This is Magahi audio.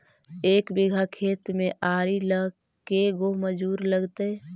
एक बिघा खेत में आरि ल के गो मजुर लगतै?